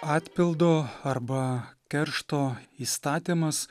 atpildo arba keršto įstatymas